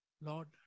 Lord